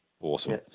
Awesome